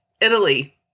Italy